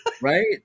Right